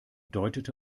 deutete